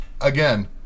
again